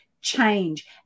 change